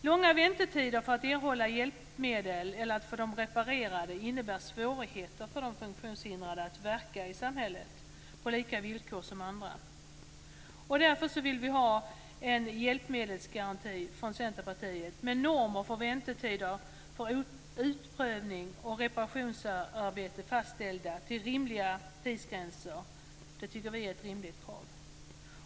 Långa väntetider för att erhålla hjälpmedel eller få dem reparerade innebär svårigheter för de funktionshindrade att verka i samhället på samma villkor som andra. Därför vill vi från Centerpartiet ha en hjälpmedelsgaranti, med normer för väntetider för utprövning och reparationsarbete fastställda. Det ska vara rimliga tidsgränser. Det tycker vi är ett rimligt krav.